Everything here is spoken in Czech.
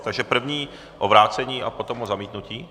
Takže první o vrácení a potom o zamítnutí?